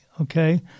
okay